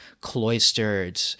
cloistered